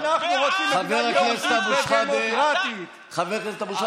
אני נמצא כאן, חבר הכנסת אבו שחאדה, מספיק.